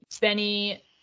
Benny